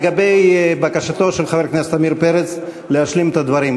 לגבי בקשתו של חבר הכנסת עמיר פרץ להשלים את הדברים,